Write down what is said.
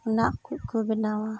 ᱚᱱᱟ ᱠᱚ ᱠᱚ ᱵᱮᱱᱟᱣᱟ